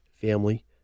family